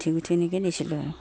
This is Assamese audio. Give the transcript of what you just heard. গোঁঠি গোঁঠি সেনেকৈয়ে দিছিলোঁ আৰু